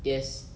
yes